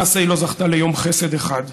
למעשה, היא לא זכתה ליום חסד אחד,